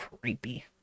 creepy